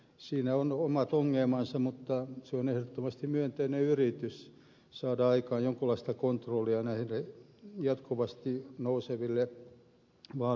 siinä on omat ongelmansa mutta se on ehdottomasti myönteinen yritys saada aikaan jonkinlaista kontrollia jatkuvasti nouseville vaalikustannuksille